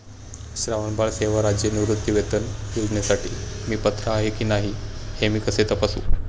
श्रावणबाळ सेवा राज्य निवृत्तीवेतन योजनेसाठी मी पात्र आहे की नाही हे मी कसे तपासू?